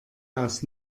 aus